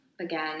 again